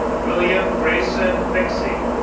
william grayson rixey,